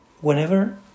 Whenever